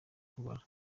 kubara